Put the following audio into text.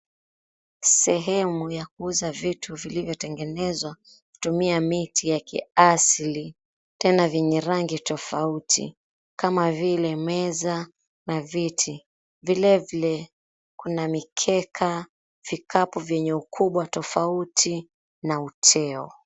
Sehemu ya kuuza vitu vilivyotengenezwa kutumia miti ya kiasili tena vyenye rangi tofauti kama vile meza na viti. Vilevile, kuna mikeka, vikapu vyenye ukubwa tofauti, na uteo.